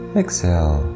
exhale